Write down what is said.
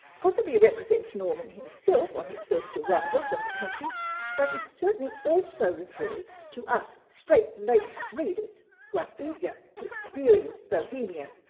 possibly represents norman himself on his first arrival from the country but it certainly also refers to us straight-laced readers who are eager to experience bohemia.